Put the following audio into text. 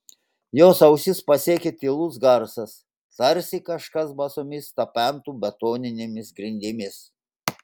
jos ausis pasiekė tylus garsas tarsi kažkas basomis tapentų betoninėmis grindimis